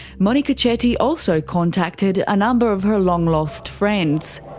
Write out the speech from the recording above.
monika chetty also contacted a number of her long-lost friends.